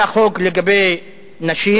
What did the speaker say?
היה חוק לגבי נשים,